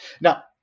Now